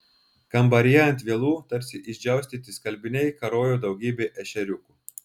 kambaryje ant vielų tarsi išdžiaustyti skalbiniai karojo daugybė ešeriukų